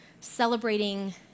celebrating